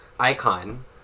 icon